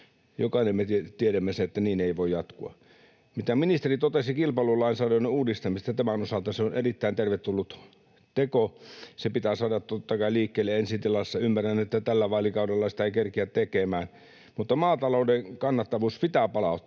Jokainen me tiedämme sen, että niin ei voi jatkua. Se, mitä ministeri totesi kilpailulainsäädännön uudistamisesta tämän osalta, on erittäin tervetullut teko. Se pitää saada, totta kai, liikkeelle ensi tilassa. Ymmärrän, että tällä vaalikaudella sitä ei kerkeä tekemään, mutta maatalouden kannattavuus pitää palauttaa.